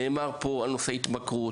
נאמר פה על נושא התמכרות,